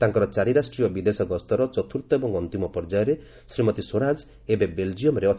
ତାଙ୍କର ଚାରିରାଷ୍କୀୟ ବିଦେଶ ଗସ୍ତର ଚତ୍ରର୍ଥ ଏବଂ ଅନ୍ତିମ ପର୍ଯ୍ୟାୟରେ ଶ୍ରୀମତୀ ସ୍ୱରାଜ ଏବେ ବେଲ୍ଜିୟମ୍ରେ ଅଛନ୍ତି